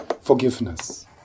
forgiveness